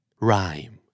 Rhyme